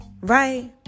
Right